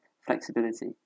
flexibility